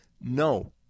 No